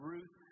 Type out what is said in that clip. Ruth